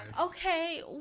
Okay